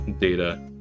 data